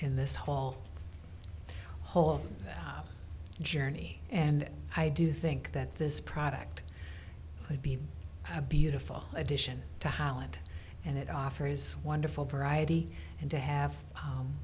in this hall whole journey and i do think that this product would be a beautiful addition to holland and it offers wonderful variety and to have